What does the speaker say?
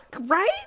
right